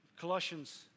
Colossians